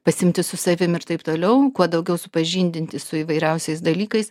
pasiimti su savim ir taip toliau kuo daugiau supažindinti su įvairiausiais dalykais